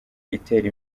itera